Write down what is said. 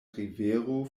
rivero